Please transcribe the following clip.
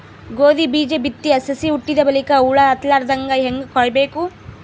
ಗೋಧಿ ಬೀಜ ಬಿತ್ತಿ ಸಸಿ ಹುಟ್ಟಿದ ಬಲಿಕ ಹುಳ ಹತ್ತಲಾರದಂಗ ಹೇಂಗ ಕಾಯಬೇಕು?